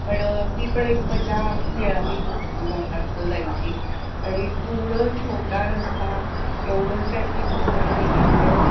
पण ती पण एक मजा मिळाली घाटातून जायची आणि पूर्ण छोटा रस्ता एवढं ट्रॅफिक असलं तरी तिथं